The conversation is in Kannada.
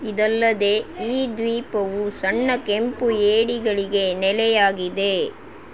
ಇದಲ್ಲದೆ ಈ ದ್ವೀಪವು ಸಣ್ಣ ಕೆಂಪು ಏಡಿಗಳಿಗೆ ನೆಲೆಯಾಗಿದೆ